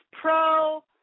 pro